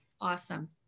awesome